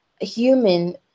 human